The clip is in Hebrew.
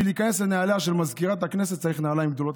בשביל להיכנס לנעליה של מזכירת הכנסת צריך נעליים גדולות,